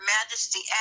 Majesty